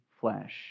flesh